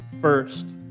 first